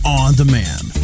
on-demand